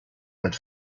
but